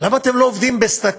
למה אתם לא עובדים בסטטיסטי?